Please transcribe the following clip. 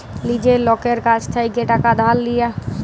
লীজের লকের কাছ থ্যাইকে টাকা ধার লিয়া